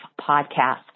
Podcast